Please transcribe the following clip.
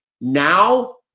Now